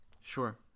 sure